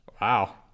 Wow